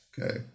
okay